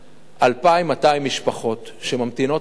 2,200 משפחות שממתינות בתור,